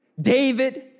David